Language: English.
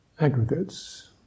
aggregates